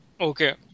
Okay